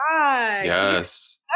Yes